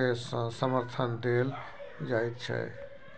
दिससँ समर्थन देल जाइत छै